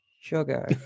sugar